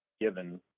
given